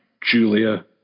Julia